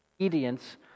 obedience